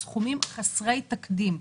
סכומים חסרי תקדים,